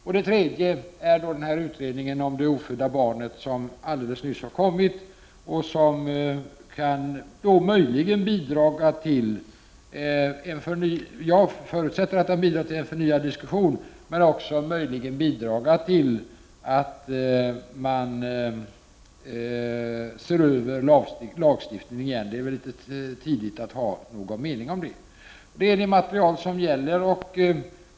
För det tredje gäller det en utredning om det ofödda barnet som alldeles nyligen har kommit till stånd. Jag förutsätter att den kommer att bidra till en förnyad diskussion. Möjligen kan den också bidra till att lagstiftningen ses över återigen. Men det är kanske litet tidigt att ha någon mening om den saken. Det är det material som gäller.